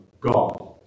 God